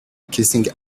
kissing